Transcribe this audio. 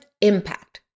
impact